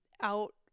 out